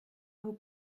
vous